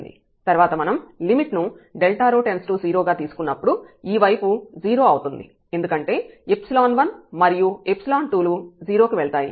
తర్వాత మనం లిమిట్ ను Δρ→0 గా తీసుకున్నప్పుడు ఈ వైపు 0 అవుతుంది ఎందుకంటే 1 మరియు 2 లు 0 కి వెళ్తాయి